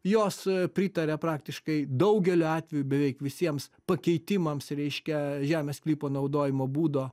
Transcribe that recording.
jos pritaria praktiškai daugeliu atvejų beveik visiems pakeitimams reiškia žemės sklypo naudojimo būdo